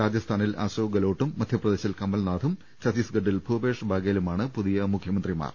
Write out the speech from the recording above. രാജസ്ഥാനിൽ അശോക് ഗലോ ട്ടൂം മധ്യപ്രദേശിൽ കമൽനാഥും ചത്തീസ്ഗഡിൽ ഭൂപേഷ് ബാഗേലുമാണ് പുതിയ മുഖൃമന്ത്രിമാർ